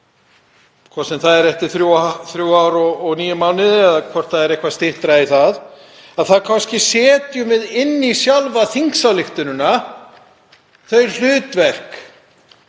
hvort sem það er eftir þrjú ár og níu mánuði eða hvort það er eitthvað styttra í það, þá setjum við inn í sjálfa þingsályktunartillöguna þau hlutverk